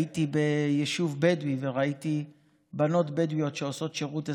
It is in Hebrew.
הייתי ביישוב בדואי וראיתי בנות בדואיות שעושות שירות אזרחי.